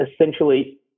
essentially